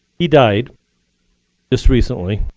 he died just recently.